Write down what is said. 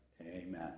Amen